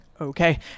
Okay